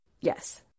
Yes